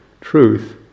truth